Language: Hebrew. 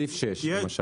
סעיף 6 למשל.